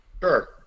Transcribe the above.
Sure